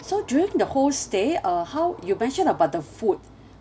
so during the whole stay uh how you mentioned about the food